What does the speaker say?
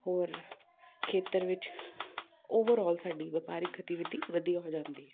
ਹੋਰ ਖੇਤਰ ਵਿੱਚ ਓਵਰਔਲ ਸਾਡੀ ਵਪਾਰਕ ਗਤੀਵਿਧੀ ਵਧੀਆ ਹੋ ਜਾਂਦੀ ਹੈ